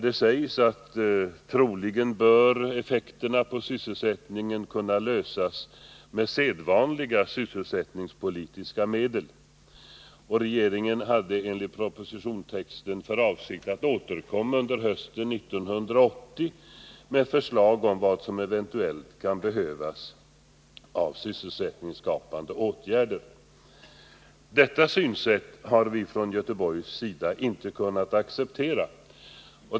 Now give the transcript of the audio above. Det sägs i propositionstexten att effekterna på sysselsättningen troligen bör kunna bemästras med sedvanliga sysselsättningspolitiska medel och att regeringen har för avsikt att återkomma under hösten 1980 med förslag om vad som eventuellt kan behövas av sysselsättningsskapande åtgärder. Detta synsätt har vi från Göteborgs sida inte kunnat acceptera.